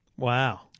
Wow